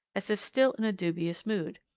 as if still in a dubious mood.